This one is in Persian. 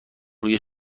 روی